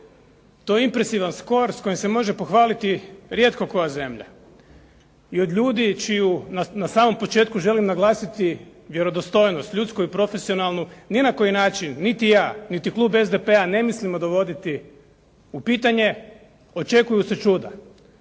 To je impresivan skor s kojim se može pohvaliti rijetko koja zemlja i od ljudi čiju, na samom početku želim naglasiti vjerodostojnost ljudsku i profesionalnu ni na koji način niti ja, niti klub SDP-a ne mislimo dovoditi u pitanje. Očekuju se čuda,